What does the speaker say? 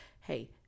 Hey